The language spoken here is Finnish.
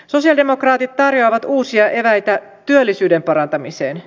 sosialidemokraatit tarjoavat uusia eväitä työllisyyden parantamiseen